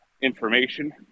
information